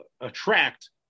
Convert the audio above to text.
attract